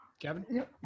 Kevin